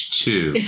two